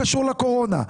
לקורונה.